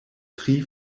tri